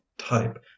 type